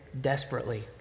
desperately